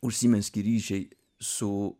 užsimezgė ryšiai su